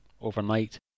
overnight